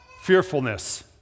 fearfulness